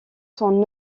son